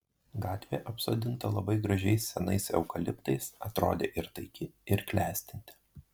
gatvė apsodinta labai gražiais senais eukaliptais atrodė ir taiki ir klestinti